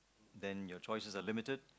then your choices are limited